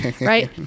Right